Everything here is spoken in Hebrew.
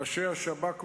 ראשי השב"כ ואחרים.